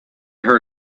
heard